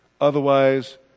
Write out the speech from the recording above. Otherwise